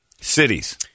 Cities